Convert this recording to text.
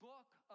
book